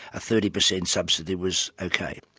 a thirty percent subsidy was ok.